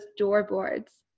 doorboards